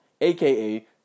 aka